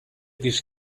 these